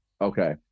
okay